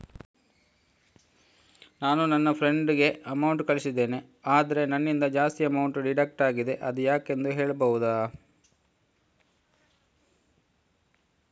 ನಾನು ನನ್ನ ಫ್ರೆಂಡ್ ಗೆ ಅಮೌಂಟ್ ಕಳ್ಸಿದ್ದೇನೆ ಆದ್ರೆ ನನ್ನಿಂದ ಜಾಸ್ತಿ ಅಮೌಂಟ್ ಡಿಡಕ್ಟ್ ಆಗಿದೆ ಅದು ಯಾಕೆಂದು ಹೇಳ್ಬಹುದಾ?